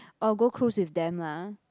oh go cruise with them lah